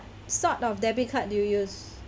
sort of debit card do you use